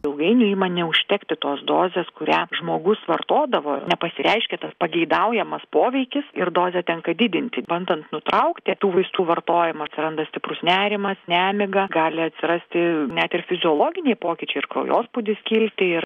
ilgainiui ima neužtekti tos dozės kurią žmogus vartodavo nepasireiškia tas pageidaujamas poveikis ir dozę tenka didinti bandant nutraukti tų vaistų vartojimą atsiranda stiprus nerimas nemiga gali atsirasti net ir fiziologiniai pokyčiai ir kraujospūdis kilti ir